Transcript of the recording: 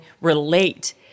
relate